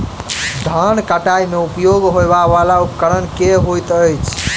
धान कटाई मे उपयोग होयवला उपकरण केँ होइत अछि?